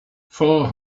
four